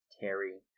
Terry